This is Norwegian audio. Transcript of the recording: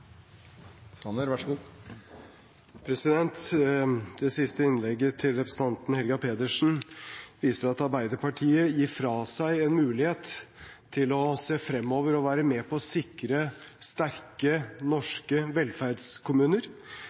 Det siste innlegget til representanten Helga Pedersen viser at Arbeiderpartiet gir fra seg en mulighet til å se fremover og være med på å sikre sterke norske velferdskommuner.